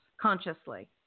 consciously